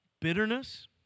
bitterness